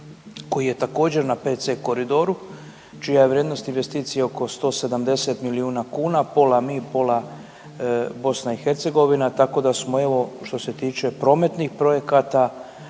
koji je također na 5C koridoru čija je vrijednost investicije oko 170 milijuna kuna, pola mi, pola BiH tako da smo evo što se tiče prometnih projekata